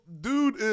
dude